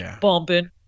bumping